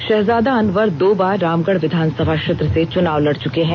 षहजादा अनवर दो बार रामगढ़ विधानसभा क्षेत्र से चुनाव लड़ चुके हैं